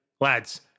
Lads